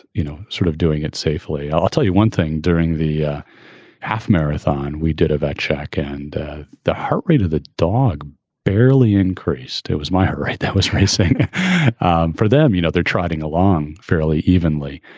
you know, sort of doing it safely. i'll tell you one thing, during the half marathon, we did a vet check and the the heart rate of the dog barely increased. it was my heart rate that was racing for them. you know, they're trying along fairly evenly.